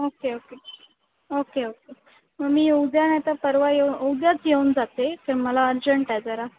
okay okay okay okay मग मी उद्या नाहीतर परवा येऊ उद्याच येऊन जाते ते मला अर्जंट आहे जरा